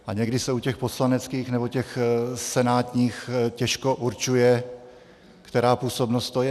A někdy se u těch poslaneckých nebo těch senátních návrhů těžko určuje, která působnost to je.